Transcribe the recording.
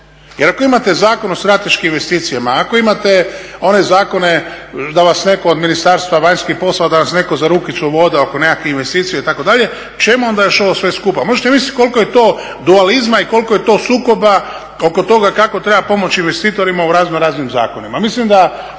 Jer ako imate Zakon o strateškim investicijama, ako imate one zakone da vas netko od Ministarstva vanjskih poslova, da vas netko za rukicu voda oko nekakvim investicija itd., čemu onda još ovo sve skupa. Možete misliti koliko je to dualizma i koliko je to sukoba oko toga kako treba pomoći investitorima u razno raznim zakonima.